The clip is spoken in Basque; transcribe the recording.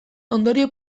ondorio